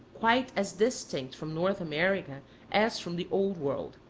quite as distinct from north america as from the old world